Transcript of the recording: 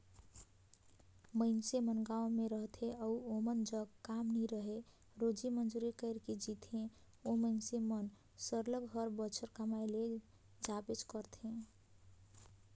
मइनसे मन गाँव में रहथें अउ ओमन जग काम नी रहें रोजी मंजूरी कइर के जीथें ओ मइनसे मन सरलग हर बछर कमाए ले जाबेच करथे